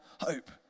hope